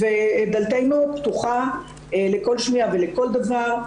ודלתנו פתוחה לכל שמיעה ולכל דבר.